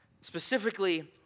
Specifically